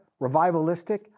revivalistic